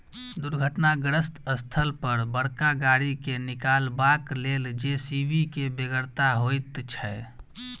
दुर्घटनाग्रस्त स्थल पर बड़का गाड़ी के निकालबाक लेल जे.सी.बी के बेगरता होइत छै